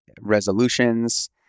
resolutions